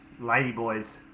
ladyboys